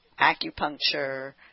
acupuncture